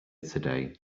today